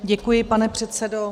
Děkuji, pane předsedo.